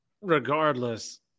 Regardless